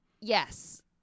Yes